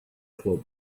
club